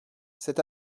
cet